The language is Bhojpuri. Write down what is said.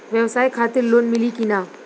ब्यवसाय खातिर लोन मिली कि ना?